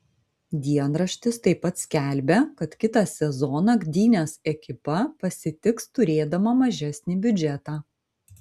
dienraštis taip pat skelbia kad kitą sezoną gdynės ekipa pasitiks turėdama mažesnį biudžetą